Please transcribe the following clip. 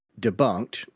debunked